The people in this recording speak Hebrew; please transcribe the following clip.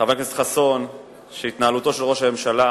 לחבר הכנסת חסון שהתנהלותו של ראש הממשלה